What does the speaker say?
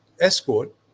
escort